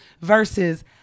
versus